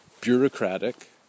bureaucratic